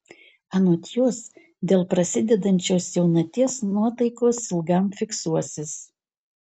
anot jos dėl prasidedančios jaunaties nuotaikos ilgam fiksuosis